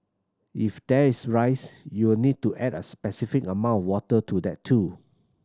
if there is rice you'll need to add a specified amount water to that too